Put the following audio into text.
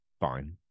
fine